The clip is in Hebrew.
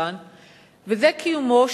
בסכומים